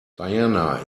diana